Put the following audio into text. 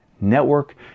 network